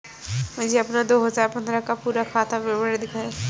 मुझे अपना दो हजार पन्द्रह का पूरा खाता विवरण दिखाएँ?